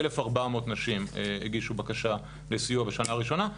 1,400 נשים הגישו בקשה לסיוע בשנה ראשונה.